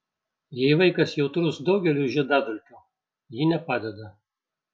jei vaikas jautrus daugeliui žiedadulkių ji nepadeda